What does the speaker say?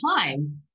time